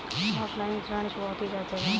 Offline ऋण चुकौती कैसे करते हैं?